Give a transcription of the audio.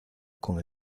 con